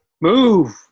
Move